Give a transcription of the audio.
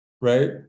right